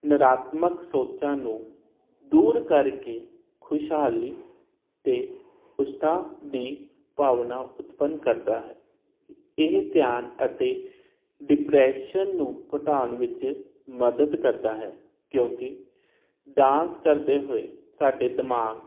ਨਿਰਾਤਮਕ ਸੋਚਾਂ ਨੂੰ ਦੂਰ ਕਰਕੇ ਖੁਸ਼ਹਾਲੀ ਤੇ ਉਤਸ਼ਾਹ ਦੀ ਭਾਵਨਾ ਉਤਪੰਨ ਕਰਦਾ ਹੈ ਇਹ ਧਿਆਨ ਅਤੇ ਡਿਪਰੈਸ਼ਨ ਨੂੰ ਘਟਾਉਣ ਵਿੱਚ ਮਦਦ ਕਰਦਾ ਹੈ ਕਿਉਂਕਿ ਡਾਂਸ ਕਰਦੇ ਹੋਏ ਸਾਡੇ ਦਿਮਾਗ